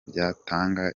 byatanga